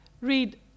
read